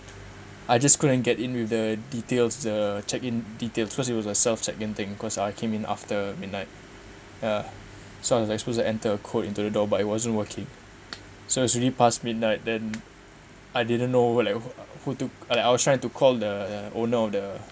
I just couldn't get in with the details the check in details because it was a self check in thing cause I came in after midnight yeah so I was like suppose to enter a code into the door but it wasn't working so it's already past midnight then I didn't know where like who to I was trying to call the owner of the